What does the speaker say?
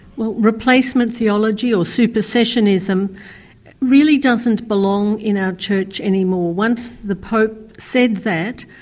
well replacement theology, or supersessionism really doesn't belong in our church anymore. once the pope said that,